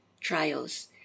trials